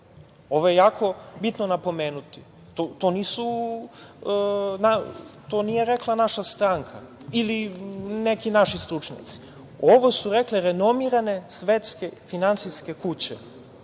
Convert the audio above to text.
Ovo je jako bitno napomenuti. To nije rekla naša stranka ili neki naši stručnjaci, ovo su rekle renomirane svetske finansijske kuće,